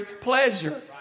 pleasure